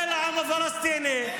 זה לא טובה שמישהו עושה לעם הפלסטיני,